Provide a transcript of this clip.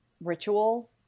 ritual